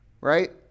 Right